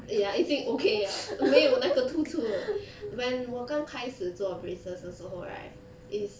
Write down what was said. ya 已经 okay 了没有那个突出了 when 我刚开始做 braces 的时候 right is